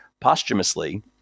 posthumously